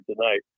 tonight